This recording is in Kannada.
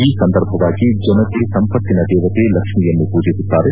ಈ ಸಂದರ್ಭವಾಗಿ ಜನತೆ ಸಂಪತ್ತಿನ ದೇವತೆ ಲಕ್ಷ್ಮೀಯನ್ನು ಪೂಜಿಸುತ್ತಾರೆ